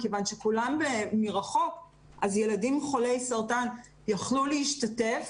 מכיוון שכולם מרחוק אז ילדים חולי סרטן יכלו להשתתף,